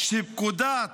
פקודת